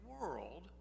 world